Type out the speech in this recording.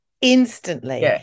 instantly